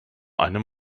einem